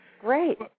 Great